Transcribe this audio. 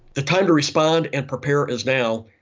the time to respond and prepare is now,